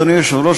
אדוני היושב-ראש,